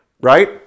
right